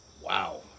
Wow